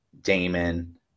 Damon